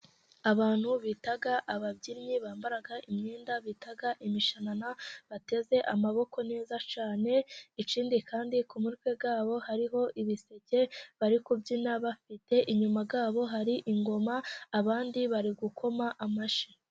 Abantu bita ababyinnyi, bambara imyenda bita imishanana, bateze amaboko neza cyane, ikindi kandi ku mitwe yabo hariho ibiseke bari kubyina bafite, inyuma yabo hari ingoma abandi bari gukoma amashyi